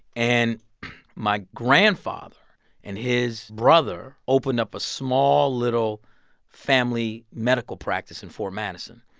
and my grandfather and his brother opened up a small little family medical practice in fort madison.